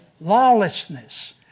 Lawlessness